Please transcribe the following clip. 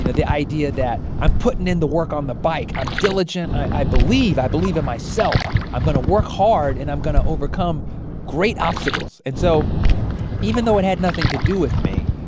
you know the idea that i'm putting in the work on the bike. i'm diligent. i believe. i believe in myself. i'm going to work hard, and i'm going to overcome great obstacles and so even though it had nothing to do with me,